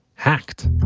hacked